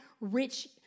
rich